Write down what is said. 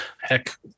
Heck